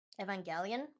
evangelion